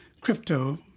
crypto